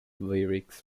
lyrics